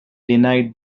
denied